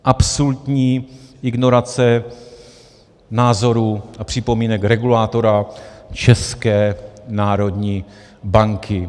Absolutní ignorace názorů a připomínek regulátora České národní banky.